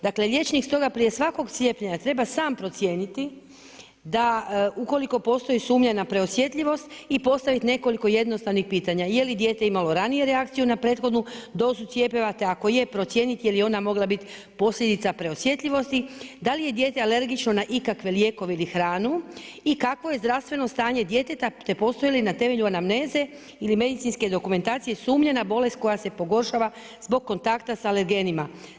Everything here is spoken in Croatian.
Dakle liječnik stoga prije svakog cijepljenja treba sam procijeniti da ukoliko postoji sumnja na preosjetljivost i postavit nekoliko jednostavnih pitanja je li dijete imalo ranije reakciju na prethodnu dozu cjepiva, te ako je procijeniti je li je ona mogla bit posljedica preosjetljivosti, da li je dijete alergično na ikakve lijekove ili hranu i kakvo je zdravstveno stanje djeteta, te postoji li na temelju anamneze ili medicinske dokumentacije sumnja na bolest koja se pogoršava zbog kontakta sa alergenima.